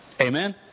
Amen